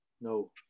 No